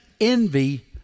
envy